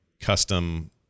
custom